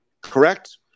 Correct